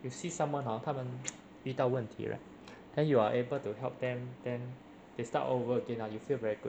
you see someone hor 他们 遇到问题 right then you are able to help them then they start all over again ah you feel very good